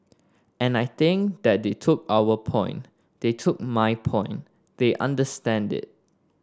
and I think that they took our point they took my point they understand it